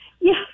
Yes